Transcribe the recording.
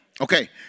Okay